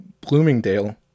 Bloomingdale